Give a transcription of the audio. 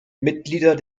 mitglieder